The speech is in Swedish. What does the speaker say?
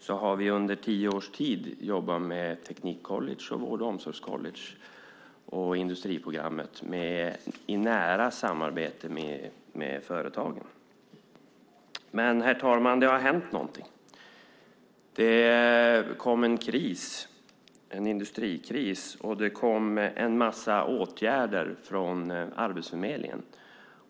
Vi har under tio års tid jobbat med teknikcollege, vård och omsorgscollege och industriprogrammet i nära samarbete med företag. Herr talman! Det har hänt något. Vi fick en industrikris och det kom en massa åtgärder från Arbetsförmedlingen.